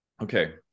Okay